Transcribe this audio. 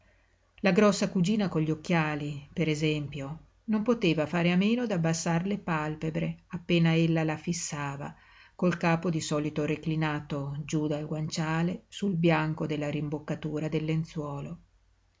la grossa cugina con gli occhiali per esempio non poteva fare a meno d'abbassar le pàlpebre appena ella la fissava col capo di solito reclinato giú dal guanciale sul bianco della rimboccatura del lenzuolo